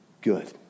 good